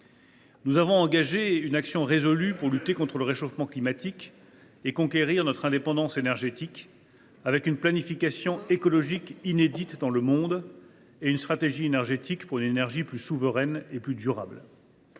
Nous avons engagé une action résolue pour lutter contre le réchauffement climatique et conquérir notre indépendance énergétique, avec une planification écologique inédite dans le monde et une stratégie énergétique pour une énergie plus souveraine et plus durable.